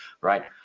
right